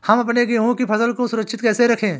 हम अपने गेहूँ की फसल को सुरक्षित कैसे रखें?